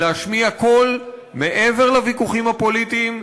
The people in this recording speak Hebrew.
להשמיע קול מעבר לוויכוחים הפוליטיים,